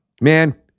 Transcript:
man